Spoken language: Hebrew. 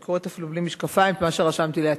אני קוראת אפילו בלי משקפיים את מה שרשמתי לעצמי,